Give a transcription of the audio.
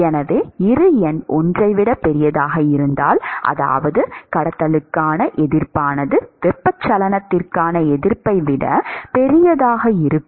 எனவே இரு எண் 1 ஐ விட பெரியதாக இருந்தால் அதாவது கடத்துதலுக்கான எதிர்ப்பானது வெப்பச்சலனத்திற்கான எதிர்ப்பை விட பெரியதாக இருக்கும்